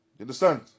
understand